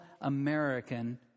American